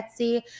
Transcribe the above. etsy